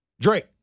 Drake